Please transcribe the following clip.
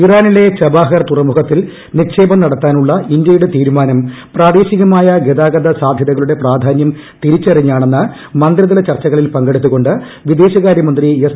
ഇറാനിലെ തുറമുഖത്തിൽ നിക്ഷേപം നടത്താനുള്ള ഛബാഹർ ഇന്ത്യയുടെ തീരുമാനം പ്രാദേശികമായ ഗതാഗതസാധൃതകളുടെ പ്രാധാനൃം തിരിച്ചറിഞ്ഞാണെന്ന് മന്ത്രിതല ചർച്ചകളിൽ പങ്കെടുത്തു കൊണ്ട് വിദേശകാര്യ മന്ത്രി എസ്